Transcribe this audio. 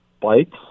bikes